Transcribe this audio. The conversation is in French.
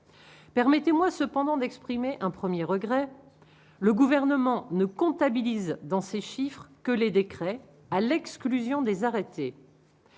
permettez-moi cependant d'exprimer un 1er regret : le gouvernement ne comptabilise dans ces chiffres que les décrets à l'exclusion des arrêtés,